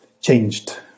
changed